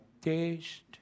taste